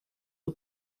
aux